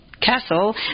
castle